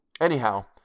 Anyhow